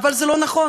אבל זה לא נכון,